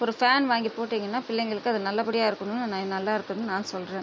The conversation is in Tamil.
ஒரு ஃபேன் வாங்கி போட்டிங்கன்னால் பிள்ளைங்களுக்கு அது நல்லபடியாக இருக்கணும் நல்லா இருக்கணும் நான் சொல்கிறேன்